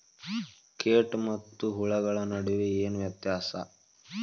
ಕೇಟ ಮತ್ತು ಹುಳುಗಳ ನಡುವೆ ಏನ್ ವ್ಯತ್ಯಾಸ?